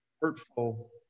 hurtful